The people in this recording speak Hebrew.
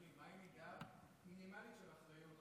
יולי, מה עם מידה מינימלית של אחריות?